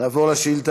שנקרא